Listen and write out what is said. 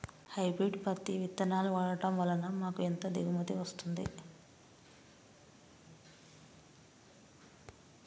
Hybrid పత్తి విత్తనాలు వాడడం వలన మాకు ఎంత దిగుమతి వస్తుంది?